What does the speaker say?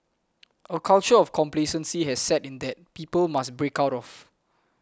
a culture of complacency has set in that people must break out of